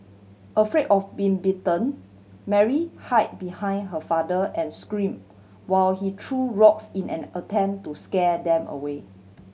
afraid of been bitten Mary hid behind her father and scream while he threw rocks in an attempt to scare them away